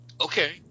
okay